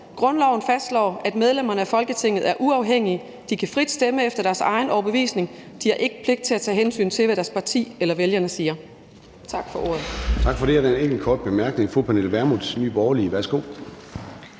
»Grundloven fastslår, at medlemmerne af Folketinget er uafhængige. De kan frit stemme efter deres overbevisning. De har ikke pligt til at tage hensyn til, hvad deres parti eller vælgere siger.«